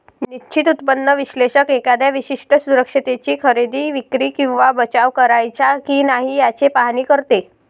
निश्चित उत्पन्न विश्लेषक एखाद्या विशिष्ट सुरक्षिततेची खरेदी, विक्री किंवा बचाव करायचा की नाही याचे पाहणी करतो